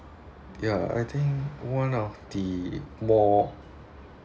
ya I think one of the more